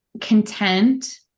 content